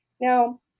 Now